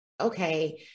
Okay